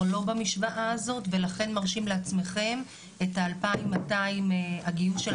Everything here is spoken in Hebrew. לא במשוואה הזאת ולכן מרשים לעצמכם את ה-2,200 הגיוס?